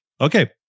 Okay